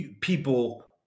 people